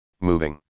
moving